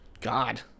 God